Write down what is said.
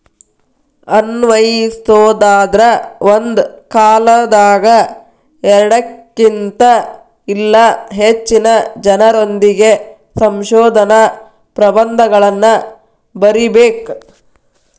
ಅನ್ವಯಿಸೊದಾದ್ರ ಒಂದ ಕಾಲದಾಗ ಎರಡಕ್ಕಿನ್ತ ಇಲ್ಲಾ ಹೆಚ್ಚಿನ ಜನರೊಂದಿಗೆ ಸಂಶೋಧನಾ ಪ್ರಬಂಧಗಳನ್ನ ಬರಿಬೇಕ್